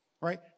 right